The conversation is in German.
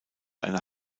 einer